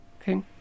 okay